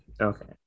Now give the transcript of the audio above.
Okay